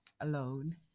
alone